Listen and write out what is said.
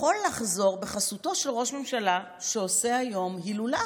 יכול לחזור בחסותו של ראש ממשלה שעושה היום הילולה,